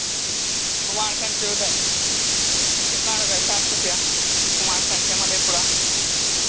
कुमारखंड से उधर कितना लोग है साठ रुपैया कुमारखंड से मधेपुरा